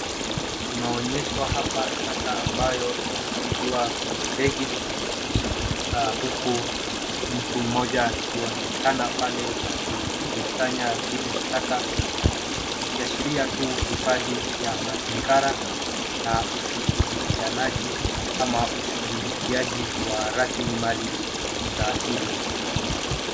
Tunaonyeshwa hapa taka ambayo imepakiwa kwenye begi huku mtu mmoja akionekana pale akizisanya zile taka ikiashiria tu hifadhi ya mazingira na ushughulikianaji ama ushughulikiaji wa raslimali za asili.